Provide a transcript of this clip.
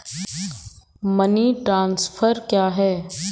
Money transfer क्या है?